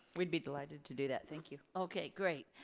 we'd be delighted to do that, thank you. okay, great.